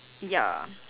ya